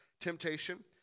Temptation